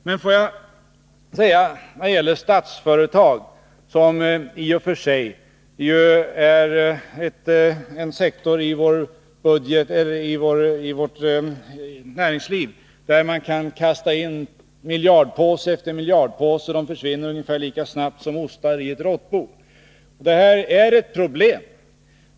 Låt mig säga några ord beträffande Statsföretag — som är en sektor i vårt näringsliv där man i och för sig kan kasta in miljardpåse efter miljardpåse och de försvinner lika snabbt som ostar i ett råttbo. Det här är ett problem.